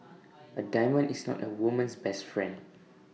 A diamond is not A woman's best friend